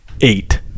eight